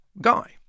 guy